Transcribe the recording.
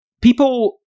People